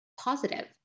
positive